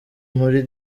muri